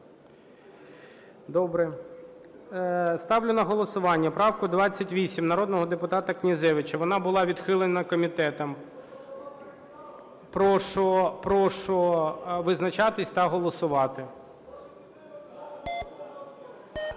Добре. Ставлю на голосування правку народного депутата Князевича. Вона була відхилена комітетом. Прошу визначатись та голосувати.